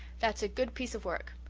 that's a good piece of work.